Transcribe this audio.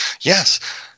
Yes